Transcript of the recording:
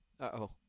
Uh-oh